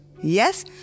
Yes